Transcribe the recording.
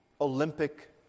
olympic